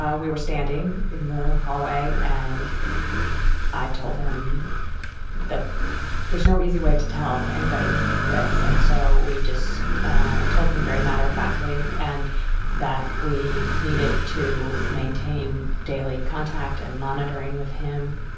ah we were standing in the hallway and i told him that there's no easy way to tell anybody this. and so we just told him very matter-of-factly and that we needed to maintain daily contact and monitoring with him,